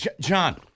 John